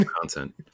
content